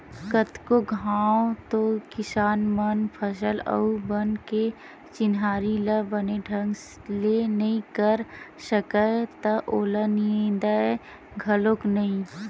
कतको घांव तो किसान मन फसल अउ बन के चिन्हारी ल बने ढंग ले नइ कर सकय त ओला निंदय घलोक नइ